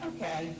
Okay